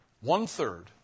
One-third